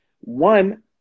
one